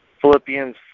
Philippians